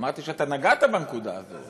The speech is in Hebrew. אמרתי שאתה נגעת בנקודה הזאת,